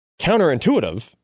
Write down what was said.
counterintuitive